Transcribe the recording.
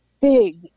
big